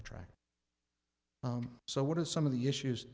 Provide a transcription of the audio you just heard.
attractive so what are some of the issues